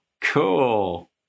Cool